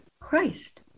Christ